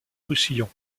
roussillon